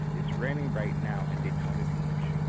it's raining right now in daytona beach.